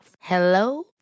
Hello